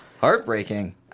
heartbreaking